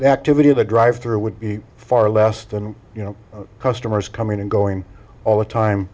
the activity of the drive through would be far less than you know customers coming and going all the time